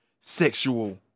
sexual